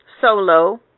Solo